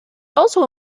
also